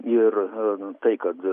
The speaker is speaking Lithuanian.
ir a tai kad